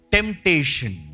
Temptation